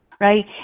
right